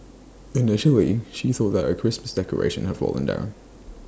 initially she thought that A Christmas decoration had fallen down